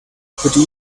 pretty